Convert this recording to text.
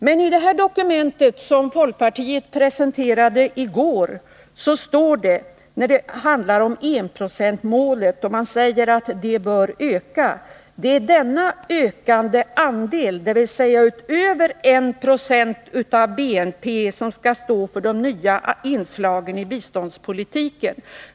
Men i det här dokumentet som folkpartiet presenterade i går står det att enprocentsmålet bör ökas. Det är denna ökande andel, dvs. utöver 1 96 av BNP, som skall stå för de nya inslagen i biståndspolitiken.